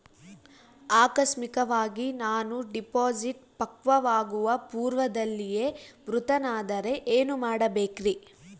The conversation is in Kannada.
ಆಕಸ್ಮಿಕವಾಗಿ ನಾನು ಡಿಪಾಸಿಟ್ ಪಕ್ವವಾಗುವ ಪೂರ್ವದಲ್ಲಿಯೇ ಮೃತನಾದರೆ ಏನು ಮಾಡಬೇಕ್ರಿ?